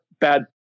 bad